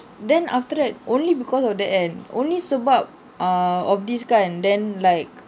then after that only because of that kan only sebab uh of this kan then like